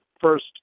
first